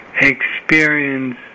experience